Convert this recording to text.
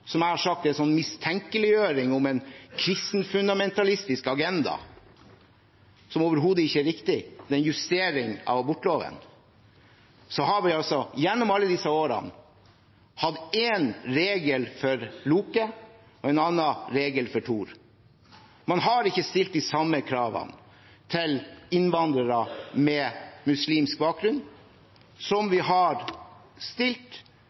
som jeg har sagt er en mistenkeliggjøring om en kristenfundamentalistisk agenda, som overhodet ikke er riktig – det er en justering av abortloven. Gjennom alle disse årene har vi hatt én regel for Loke og en annen regel for Tor. Man har ikke stilt de samme kravene til innvandrere med muslimsk bakgrunn som man har stilt